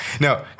no